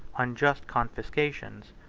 unjust confiscations,